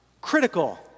critical